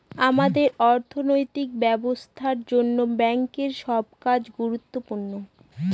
আমাদের অর্থনৈতিক ব্যবস্থার জন্য ব্যাঙ্কের সব কাজ গুরুত্বপূর্ণ